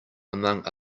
among